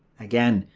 again,